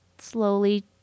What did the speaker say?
slowly